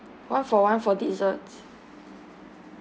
one for one for desserts